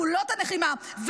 פעולות הלחימה,